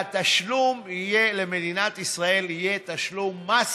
התשלום למדינת ישראל יהיה תשלום מס